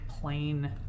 plain